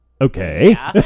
okay